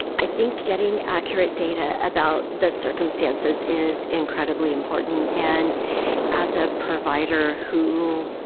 i think getting accurate data about the circumstances is incredibly important. and as a provider who